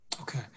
Okay